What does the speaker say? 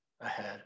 ahead